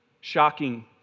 shocking